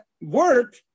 work